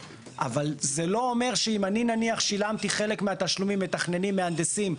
אבל זה אומר שאם שילמתי חלק מהתשלומים למתכננים ולמהנדסים,